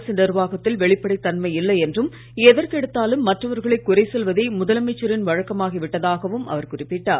அரசு நிர்வாகத்தில் வெளிப்படைத் தன்மை இல்லை என்றும் எதற்கெடுத்தாலும் மற்றவர்களைக் குறை சொல்வதே முதலமைச்சரின் வழக்கமாகி விட்டதாகவும் அவர் குறிப்பிட்டார்